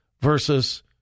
versus